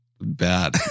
bad